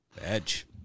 Edge